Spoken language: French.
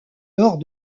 lors